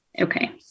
Okay